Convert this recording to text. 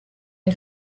une